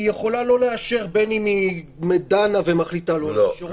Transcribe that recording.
היא יכולה לא לאשר בין אם היא דנה ומחליטה לא לאשר,